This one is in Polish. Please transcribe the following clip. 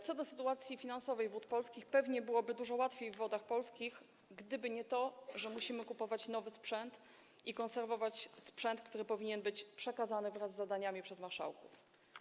Co do sytuacji finansowej Wód Polskich to pewnie byłoby dużo łatwiej w Wodach Polskich, gdyby nie to, że musimy kupować nowy sprzęt i konserwować sprzęt, który powinien być przekazany wraz z zadaniami przez marszałków.